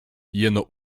jeno